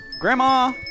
Grandma